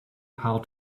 how